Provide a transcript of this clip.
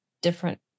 different